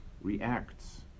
reacts